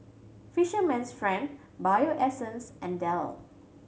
Fisherman's Friend Bio Essence and Dell